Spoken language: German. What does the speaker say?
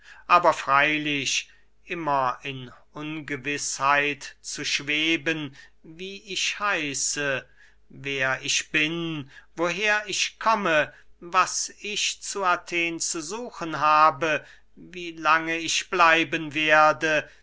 aber freylich immer in ungewißheit zu schweben wie ich heiße wer ich bin wo ich herkomme was ich zu athen zu suchen habe wie lange ich bleiben werde